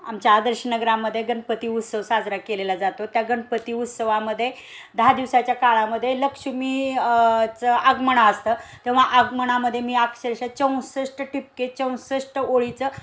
आमच्या आदर्श नगरामध्ये गणपती उत्सव साजरा केलेला जातो त्या गणपती उत्सवामध्ये दहा दिवसाच्या काळामध्ये लक्ष्मीचं आगमन असतं तेव्हा आगमनामध्ये मी अक्षरशः चौसष्ट ठिपके चौसष्ट ओळीचं